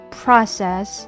process